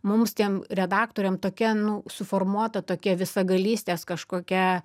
mums tiem redaktoriam tokia nu suformuota tokia visagalystės kažkokia